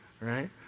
right